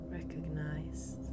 recognized